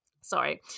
sorry